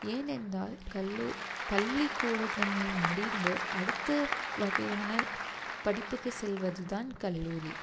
ஏனென்றால் கல்லூ பள்ளிக்கூடங்கள் முடிந்து அடுத்து வகையான படிப்புக்கு செல்வதுதான் கல்லூரி